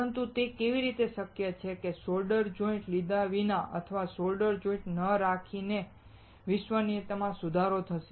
પરંતુ તે કેવી રીતે શક્ય છે કે સોલ્ડર જોઈંટ્સ લીધા વિના અથવા સોલ્ડર જોઈંટ્સ ન રાખવાથી વિશ્વસનીયતામાં સુધારો થશે